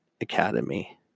Academy